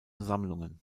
sammlungen